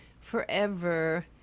forever